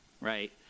right